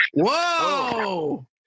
Whoa